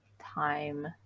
time